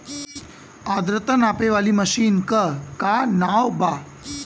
आद्रता नापे वाली मशीन क का नाव बा?